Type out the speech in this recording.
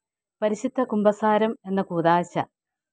പരിശുദ്ധ കുമ്പസാരം എന്ന കൂദാശ